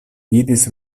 vidis